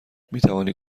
میتوانی